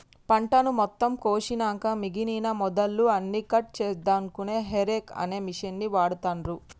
పంటను మొత్తం కోషినంక మిగినన మొదళ్ళు అన్నికట్ చేశెన్దుకు హేరేక్ అనే మిషిన్ని వాడుతాన్రు